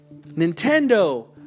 Nintendo